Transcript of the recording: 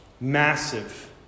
massive